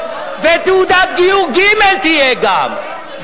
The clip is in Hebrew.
ותעודת גיור ג' תהיה גם.